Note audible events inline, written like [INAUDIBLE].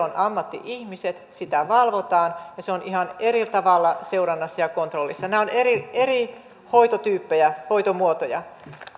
[UNINTELLIGIBLE] on ammatti ihmiset sitä valvotaan ja se on ihan eri tavalla seurannassa ja kontrollissa nämä ovat eri eri hoitotyyppejä hoitomuotoja